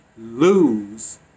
lose